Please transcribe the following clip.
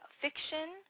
fiction